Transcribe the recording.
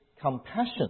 compassion